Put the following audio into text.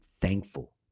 thankful